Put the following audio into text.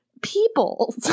people